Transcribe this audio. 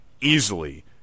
easily